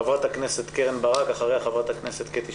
חברת הכנסת קרן ברק ואחריה חברת הכנסת קטי שטרית.